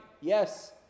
Yes